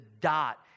dot